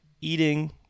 eating